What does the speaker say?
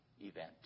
event